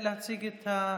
אתה יודע את מנהגי.